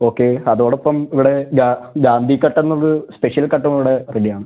okay അതോടൊപ്പം ഇവിടെ ഗാം ഗാംബി കട്ടെന്നത് സ്പെഷ്യൽ കട്ടും ഇവിടെ റെഡിയാണ്